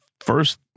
first